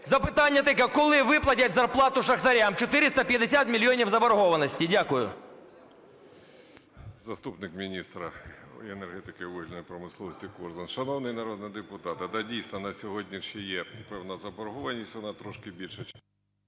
Запитання таке: коли виплатять зарплату шахтарям, 450 мільйонів заборгованості? Дякую. 11:00:53 КОРЗУН А.В. Заступник міністра енергетики і вугільної промисловості Корзун. Шановні народні депутати, да, дійсно, на сьогодні ще є певна заборгованість, вона трошки більше